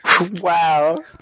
Wow